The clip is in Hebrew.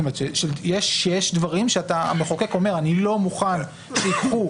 יש דברים שהמחוקק אומר שהוא לא מוכן שייקחו